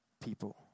people